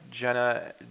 Jenna